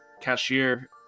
cashier